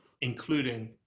including